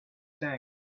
tank